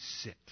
sit